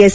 S